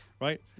right